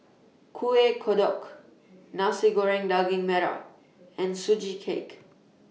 Kuih Kodok Nasi Goreng Daging Merah and Sugee Cake